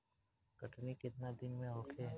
कटनी केतना दिन में होखे?